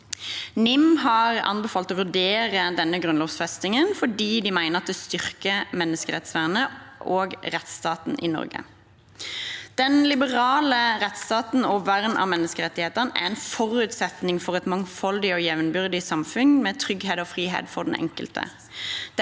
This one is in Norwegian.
NIM, har anbefalt å vurdere denne grunnlovfestingen, fordi de mener det styrker menneskerettsvernet og rettsstaten i Norge. Den liberale rettsstaten og vern av menneskerettighetene er en forutsetning for et mangfoldig og jevnbyrdig samfunn med trygghet og frihet for den enkelte.